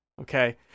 Okay